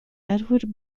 edward